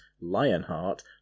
Lionheart